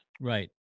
Right